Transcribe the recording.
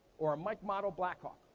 or a mike model blackhawk,